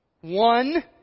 One